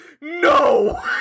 no